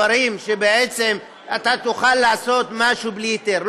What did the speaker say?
שבעצם אתה תוכל לעשות משהו בלי היתר.